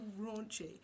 raunchy